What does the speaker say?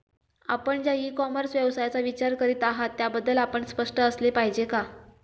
आपण ज्या e commerce व्यवसायाचा विचार करीत आहात त्याबद्दल आपण स्पष्ट असले पाहिजे का?